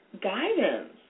guidance